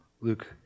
Luke